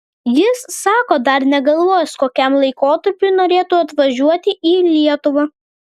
jis sako dar negalvojęs kokiam laikotarpiui norėtų atvažiuoti į lietuvą